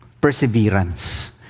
perseverance